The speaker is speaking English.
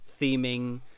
theming